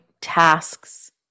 tasks